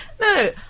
No